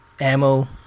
ammo